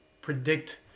predict